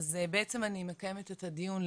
אז בעצם אני מקיימת את הדיון,